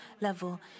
level